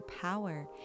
power